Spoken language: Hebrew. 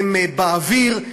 הן באוויר,